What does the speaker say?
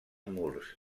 murs